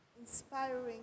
inspiring